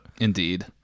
Indeed